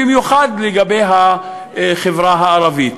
במיוחד לגבי החברה הערבית.